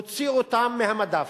הוציאו אותם מהמדף,